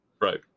Right